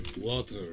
water